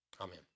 Amen